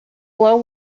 low